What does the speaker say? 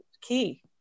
key